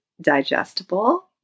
digestible